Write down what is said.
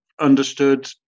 understood